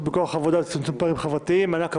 בכוח העבודה ולצמצום פערים חברתיים (מענק עבודה),